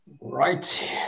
Right